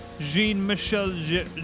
Jean-Michel